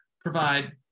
provide